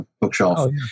Bookshelf